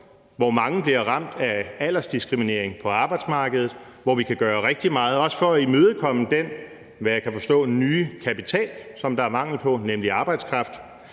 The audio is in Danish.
hvor mange bliver ramt af aldersdiskriminering på arbejdsmarkedet, hvor vi kan gøre rigtig meget, og også for at imødekomme den, kan jeg forstå, nye kapital, som der er mangel på, nemlig arbejdskraft.